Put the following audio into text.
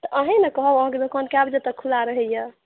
तऽ अहीँ ने कहब अहाँके दोकान कए बजे तक खुला रहैए